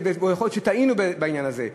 ויכול להיות שטעינו בעניין הזה,